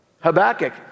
Habakkuk